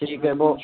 ٹھیک ہے وہ